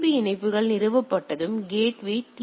B இணைப்புகள் நிறுவப்பட்டதும் gateway D